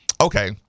okay